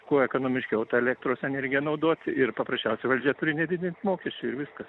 kuo ekonomiškiau tą elektros energiją naudot ir paprasčiausiai valdžia turi nedidint mokesčių ir viskas